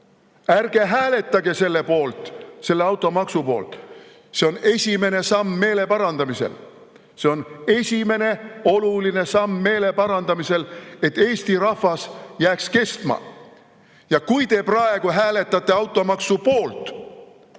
Ärge hääletage automaksu poolt! See on esimene samm meele parandamisel. See on esimene oluline samm meele parandamisel, et Eesti rahvas jääks kestma! Ja kui te praegu hääletate automaksu poolt